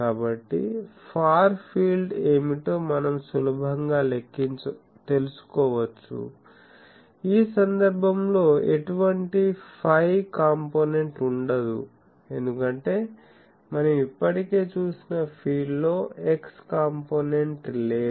కాబట్టి far field ఏమిటో మనం సులభంగా తెలుసుకోవచ్చు ఈ సందర్భంలో ఎటువంటి ఫై కాంపోనెంట్ ఉండదు ఎందుకంటే మనం ఇప్పటికే చూసిన ఫీల్డ్లో x కాంపోనెంట్ లేదు